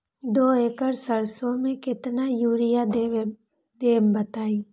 दो एकड़ सरसो म केतना यूरिया देब बताई?